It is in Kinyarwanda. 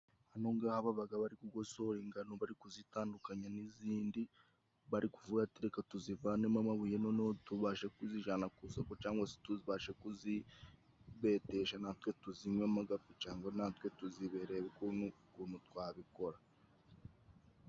Bano ngaba babaga bari gugosora ingano bari kuzitandukanya n'izindi bari kuvuga ati: "Reka tuzivanemo amabuye noneho tubashe kuzijana ku isoko cangwa tubashe kuzibedesha natwe tuzinywemoga kugirango ngo natwe tuzibere ukuntu ukuntu twabikora."